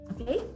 Okay